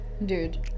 Dude